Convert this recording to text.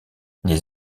les